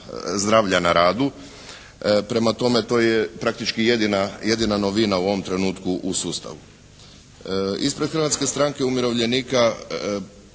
zdravlja na radu. Prema tome to je praktički jedina novina u ovom trenutku u sustavu. Ispred Hrvatske stranke umirovljenika